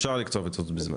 אפשר לקצוב את זה בזמן.